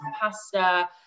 pasta